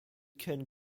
ken